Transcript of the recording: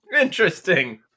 Interesting